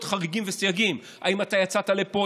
חריגים וסייגים: האם אתה יוצא לפה,